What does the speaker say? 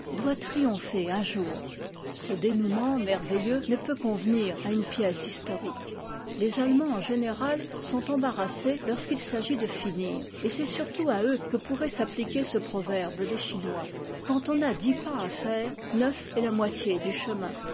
doit triompher un jour ce dénodment merveilleux ne peut convenir à une pièce historique les allemands en général sont embarrassés lorsqu'il s'agit de finir et c'est surtout à eux que pourrait s'appliquer ce proverbe des chinois quand on a fm p m à faire neuf est la moitié du chemin